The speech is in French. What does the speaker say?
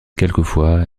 quelquefois